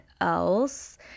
else